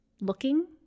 looking